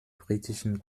britischen